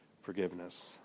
forgiveness